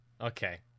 Okay